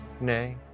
Nay